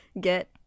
get